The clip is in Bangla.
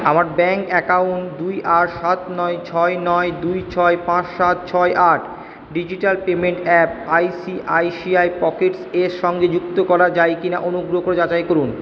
আমার ব্যাংক অ্যাকাউন্ট দুই আট সাত নয় ছয় নয় দুই ছয় পাঁচ সাত ছয় আট digital payment app ICICI Pockets এর সঙ্গে যুক্ত করা যায় কি না অনুগ্রহ করে যাচাই করুন